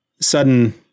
sudden